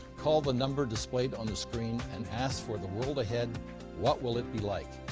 call the number displayed on the screen and ask for the world ahead what will it be like?